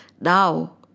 Now